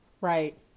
right